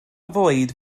fwyd